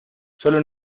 sólo